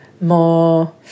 more